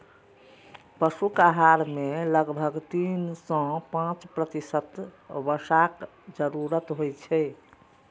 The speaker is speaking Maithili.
पशुक आहार मे लगभग तीन सं पांच प्रतिशत वसाक जरूरत होइ छै